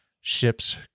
ships